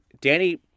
Danny